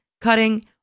cutting